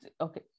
okay